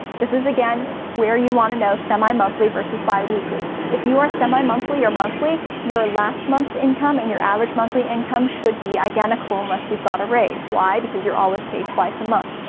this is again where you wanna know semi-monthly versus biweekly. if you are semi-monthly or monthly, your last month's income and your average monthly income should be identical unless you've got a raise. why? because you're always paid twice a month.